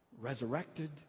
resurrected